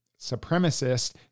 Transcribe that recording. supremacist